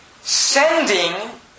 sending